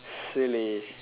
silly